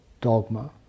dogma